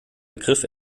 begriff